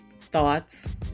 thoughts